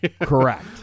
Correct